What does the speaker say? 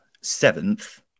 seventh